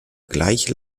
gleich